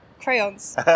crayons